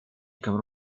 kamar